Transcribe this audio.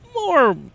more